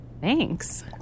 Thanks